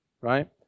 right